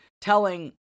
telling